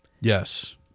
Yes